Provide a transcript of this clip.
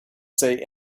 say